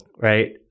right